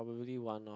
probably one of